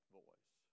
voice